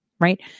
Right